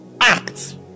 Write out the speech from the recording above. act